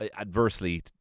adversely